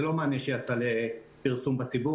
זה לא מענה שיצא לפרסום בציבור,